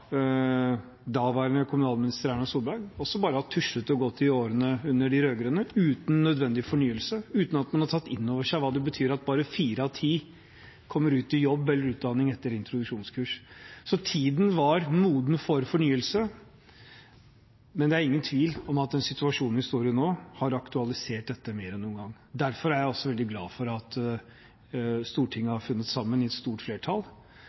daværende kommunalminister Erna Solberg, også bare har tuslet og gått i årene under de rød-grønne – uten nødvendig fornyelse, uten at man har tatt inn over seg hva det betyr at bare fire av ti kommer ut i jobb eller utdanning etter introduksjonskurs. Så tiden var moden for fornyelse, men det er ingen tvil om at den situasjonen vi står i nå, har aktualisert dette mer enn noen gang. Derfor er jeg også veldig glad for at Stortinget har funnet sammen i et stort flertall,